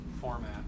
format